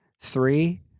Three